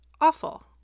awful